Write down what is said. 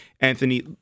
Anthony